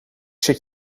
zet